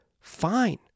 fine